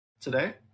today